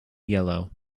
yellow